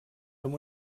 amb